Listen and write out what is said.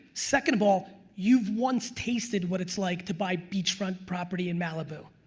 second of all you've once tasted what it's like to buy beachfront property in malibu.